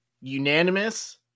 unanimous